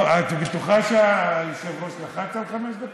לא, את בטוחה שהיושב-ראש לחץ על חמש דקות?